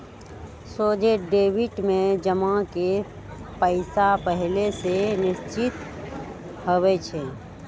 सोझे डेबिट में जमा के पइसा पहिले से निश्चित होइ छइ